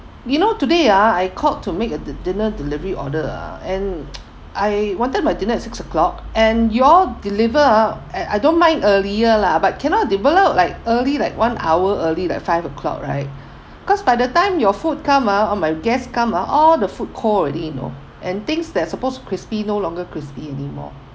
you know today ah I called to make uh the dinner delivery order ah and I wanted my dinner at six o'clock and you all deliver ah at I don't mind earlier lah but cannot deliver like early like one hour early like five o'clock right cause by the time your food come ah when my guests come ah all the food cold already you know and things that supposed crispy no longer crispy anymore